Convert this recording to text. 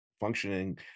functioning